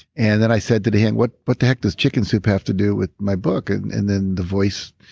and then i said to the hand, what but the heck does chicken soup have to do with my book? and and then the voice,